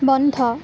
বন্ধ